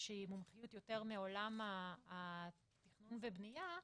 שהיא מומחיות יותר מעולם התכנון והבנייה.